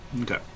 Okay